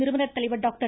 நிறுவனர் தலைவர் டாக்டர்